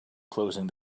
closing